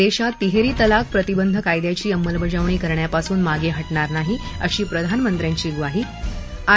देशात तिहेरी तलाक प्रतिबंध कायद्याची अंमलबजावणी करण्यापासून मागे हटणार नाही अशी प्रधानमंत्र्यांची ग्वाही आय